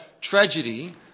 tragedy